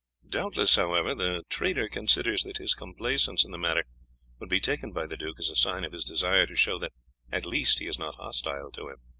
doubtless, however, the trader considers that his complaisance in the matter would be taken by the duke as a sign of his desire to show that at least he is not hostile to him.